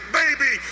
baby